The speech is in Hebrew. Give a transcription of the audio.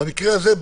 במקרה הזה,